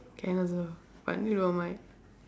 can also but you don't mind